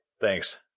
Thanks